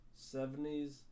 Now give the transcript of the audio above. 70s